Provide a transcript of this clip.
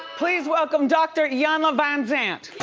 please welcome dr. iyanla vanzant.